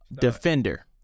defender